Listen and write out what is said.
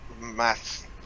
math